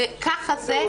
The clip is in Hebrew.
זה ככה זה.